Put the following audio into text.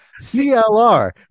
CLR